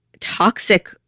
toxic